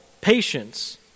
patience